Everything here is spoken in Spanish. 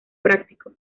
práctico